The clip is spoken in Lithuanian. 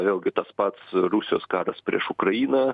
vėlgi tas pats rusijos karas prieš ukrainą